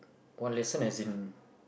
one lesson as in